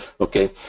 Okay